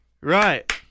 Right